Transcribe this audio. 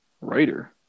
Writer